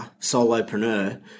solopreneur